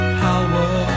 power